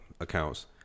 accounts